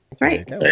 right